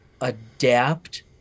adapt